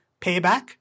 Payback